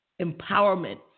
empowerment